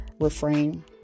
refrain